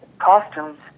costumes